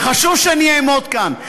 וחשוב שאני אעמוד כאן,